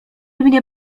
mnie